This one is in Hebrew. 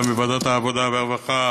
גם בוועדת העבודה והרווחה,